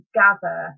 gather